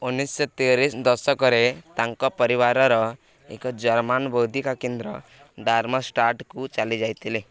ଉଣେଇଶ ତିରିଶ ଦଶକରେ ତାଙ୍କ ପରିବାରର ଏକ ଜର୍ମାନ ବୌଦ୍ଧିକ କେନ୍ଦ୍ର ଡାର୍ମଷ୍ଟାଟକୁ ଚାଲିଯାଇଥିଲେ